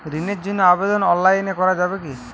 ঋণের জন্য আবেদন অনলাইনে করা যাবে কি?